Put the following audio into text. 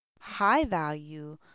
high-value